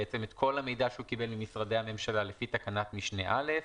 את כל המידע שהוא קיבל ממשרדי הממשלה לפי תקנת משנה (א)